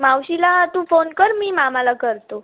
मावशीला तू फोन कर मी मामाला करतो